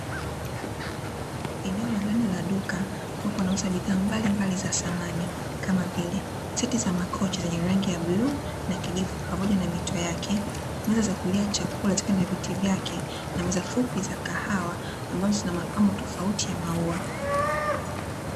Eneo la ndani la duka ambapo wanauza bidhaa mbalimbali za samani kama vile siti za makochi yenye rangi ya bluu na kijivu pamoja na mito yake, meza za kulia chakula zikiwa na viti vyake na meza fupi za kahawa ambazo zinamapambo tofauti ya maua.